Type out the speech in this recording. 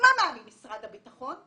דממה ממשרד הביטחון.